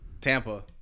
Tampa